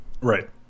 Right